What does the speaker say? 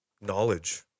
knowledge